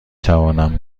توانم